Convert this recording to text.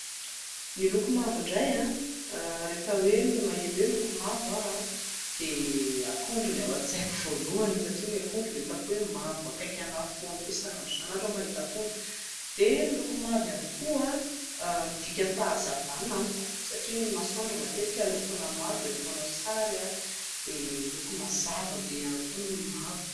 Ny loko mavo indray a, rehefa hoe maheno hoe loko mavo aho a, dia akondro no ao an-tsaiko voalohany satria ny akondro no hitako hoe mavo akaiky anahy foana eo, isan'andro isan'andro aho mahita akondro. Dia ny loko mavo ihany koa midika fanazavana amiko satria ny masoandro matetika lokoina mavo rehefa manao sary a, dia loko mazava be ihany koa ny mavo